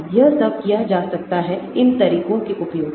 यह सब किया जा सकता है इन तरीकों के उपयोग से